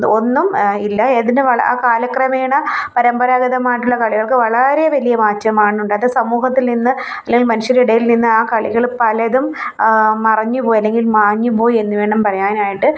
ഒന്നും ഇല്ല എന്തിൻ്റെ കാല ആ കാലക്രമേണ പരമ്പരാഗതമായിട്ടുള്ള കളികൾക്ക് വളരെ വലിയ മാറ്റമാണുണ്ടായത് സമൂഹത്തിൽ നിന്ന് അല്ലെങ്കിൽ മനുഷ്യരുടേയിൽ നിന്ന് ആ കളികള് പലതും മറഞ്ഞു പോയി അല്ലെങ്കിൽ മാഞ്ഞു പോയി എന്നു വേണം പറയാനായിട്ട്